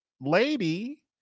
lady